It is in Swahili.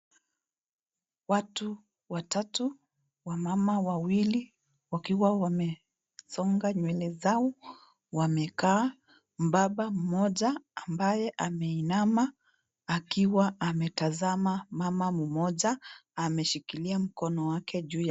Watu watatu, wamama wawili wakiwa wamesonga nywele zao wamekaa. Mbaba mmoja ambaye ameinama akiwa akiwa ametazama mama mmoja ameshikilia mkono wake juu ya...